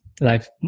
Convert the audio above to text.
life